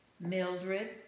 Mildred